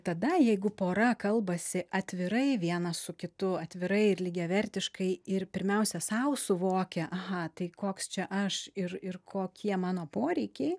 tada jeigu pora kalbasi atvirai vienas su kitu atvirai ir lygiavertiškai ir pirmiausia sau suvokia aha tai koks čia aš ir ir kokie mano poreikiai